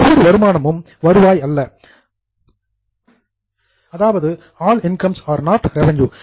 ஒவ்வொரு வருமானமும் ரெவின்யூ வருவாய் அல்ல இன்கம் வருமானம் இரண்டு வகைப்படும்